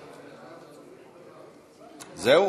זהו?